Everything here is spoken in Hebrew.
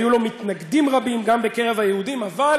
היו לו מתנגדים רבים, גם בקרב היהודים, אבל